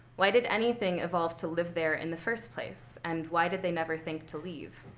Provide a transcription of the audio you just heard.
why did anything evolve to live there in the first place? and why did they never think to leave?